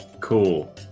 Cool